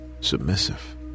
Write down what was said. submissive